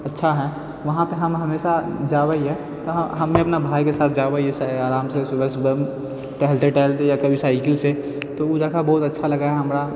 अच्छा है वहाँपर हम हमेशा जाबऽ हीए वहाँ हम अपना भायके साथ जाबऽ हिए आरामसँ सुबह सुबह टहलते टहलते या कभी साइकिलसँ तऽ ओ जगह बहुत अच्छा लगै है हमरा